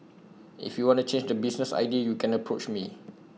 if you wanna change the business idea U can approach me